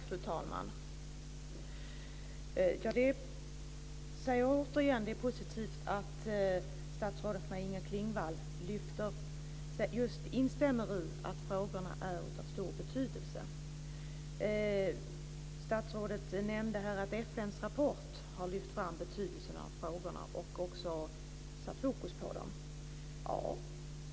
Fru talman! Jag säger återigen att det är positivt att statsrådet Maj-Inger Klingvall instämmer i att frågorna är av stor betydelse. Statsrådet nämnde här att FN:s rapport har lyft fram betydelsen av frågorna och satt fokus på dem.